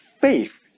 faith